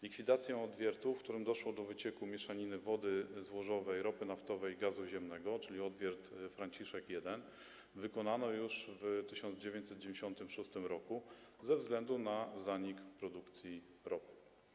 Likwidację odwiertu, w którym doszło do wycieku mieszaniny wody złożowej, ropy naftowej, gazu ziemnego, czyli odwiert Franciszek 1, wykonano już w 1996 r. ze względu na zanik produkcji ropy.